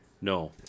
No